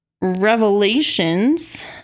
Revelations